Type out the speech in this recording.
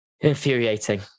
infuriating